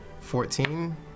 Fourteen